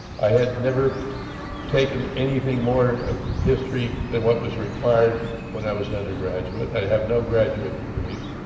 i had never taken anything more of history than what was required when i was an undergraduate, i have no graduate degrees,